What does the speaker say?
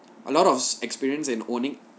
a lot of experience in owning